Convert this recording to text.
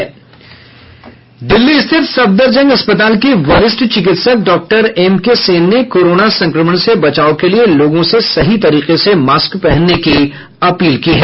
दिल्ली स्थित सफदरजंग अस्पताल के वरिष्ठ चिकित्सक डॉक्टर एम के सेन ने कोरोना संक्रमण से बचाव के लिये लोगों से सही तरीके से मास्क पहनने की अपील की है